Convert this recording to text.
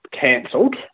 cancelled